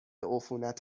عفونت